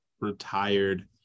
retired